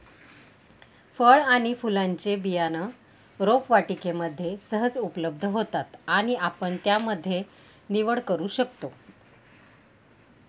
फळ आणि फुलांचे बियाणं रोपवाटिकेमध्ये सहज उपलब्ध होतात आणि आपण त्यामध्ये निवड करू शकतो